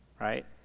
right